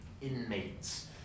Inmates